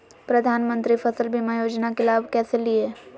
प्रधानमंत्री फसल बीमा योजना के लाभ कैसे लिये?